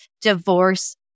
Divorce